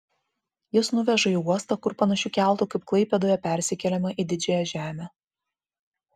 jis nuveža į uostą kur panašiu keltu kaip klaipėdoje persikeliama į didžiąją žemę